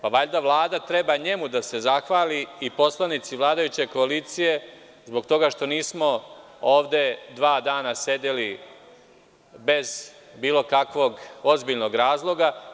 Valjda Vlada treba njemu da se zahvali, i poslanici Vladajuće koalicije, zbog toga što nismo ovde dva dana sedeli bez bilo kakvog ozbiljnog razloga.